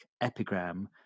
epigram